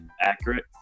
accurate